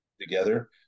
Together